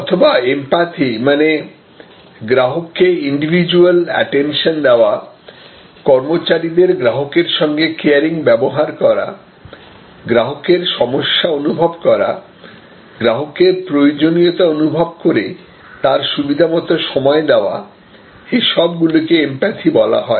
অথবা এমপ্যাথি মানে গ্রাহককে ইন্ডিভিজুয়াল অ্যাটেনশন দেওয়াকর্মচারীদের গ্রাহকের সঙ্গে কেয়ারিং ব্যবহার করা গ্রাহকের সমস্যা অনুভব করা গ্রাহকের প্রয়োজনীয়তা অনুভব করে তার সুবিধামত সময় দেওয়া এসব গুলিকে এমপ্যাথি বলা হয়